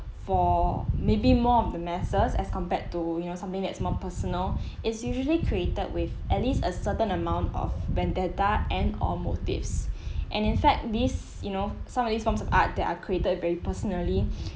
for maybe more of the masses as compared to you know something that's more personal is usually created with at least a certain amount of vendetta and or motives and in fact this you know some of these forms of art that are created very personally